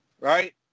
right